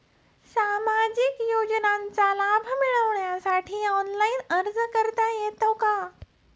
सामाजिक योजनांचा लाभ मिळवण्यासाठी ऑनलाइन अर्ज करता येतो का?